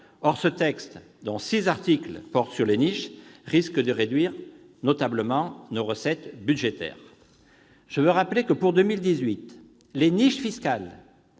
Or ce texte, dont six articles portent sur les niches, risque de réduire notablement nos recettes budgétaires. Je veux rappeler que, pour 2018, les niches fiscales